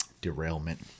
derailment